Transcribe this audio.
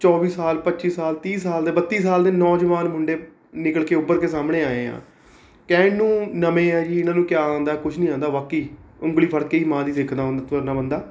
ਚੌਵੀ ਸਾਲ ਪੱਚੀ ਸਾਲ ਤੀਹ ਸਾਲ ਦੇ ਬੱਤੀ ਸਾਲ ਦੇ ਨੌਜਵਾਨ ਮੁੰਡੇ ਨਿਕਲ ਕੇ ਉੱਭਰ ਕੇ ਸਾਹਮਣੇ ਆਏ ਆ ਕਹਿਣ ਨੂੰ ਨਵੇਂ ਆ ਜੀ ਇਨ੍ਹਾਂ ਨੂੰ ਕਿਆ ਆਉਂਦਾ ਕੁਛ ਨਹੀਂ ਆਉਂਦਾ ਬਾਕੀ ਉਂਗਲੀ ਫੜ ਕੇ ਹੀ ਮਾਂ ਦੀ ਸਿੱਖਦਾ ਹੁੰਦਾ ਤੁਰਨਾ ਬੰਦਾ